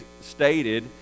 stated